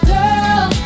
Girl